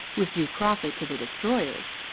with due profit to the destroyers.